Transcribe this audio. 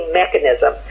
mechanism